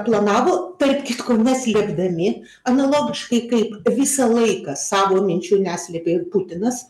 planavo tarp kitko neslėpdami analogiškai kaip visą laiką savo minčių neslėpė ir putinas